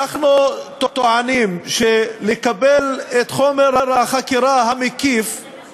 אנחנו טוענים שלקבל את חומר החקירה המקיף זה בעצם